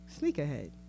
sneakerhead